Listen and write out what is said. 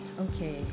okay